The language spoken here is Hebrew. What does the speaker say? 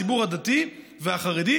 הציבור הדתי והחרדי,